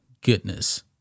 goodness